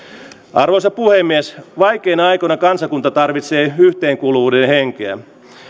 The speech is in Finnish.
arvoisa puhemies vaikeina aikoina kansakunta tarvitsee yhteenkuuluvuuden henkeä